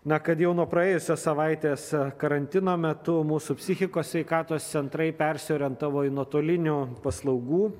na kad jau nuo praėjusios savaitės karantino metu mūsų psichikos sveikatos centrai persiorientavo į nuotolinių paslaugų